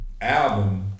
album